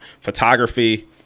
photography